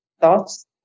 thoughts